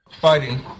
Fighting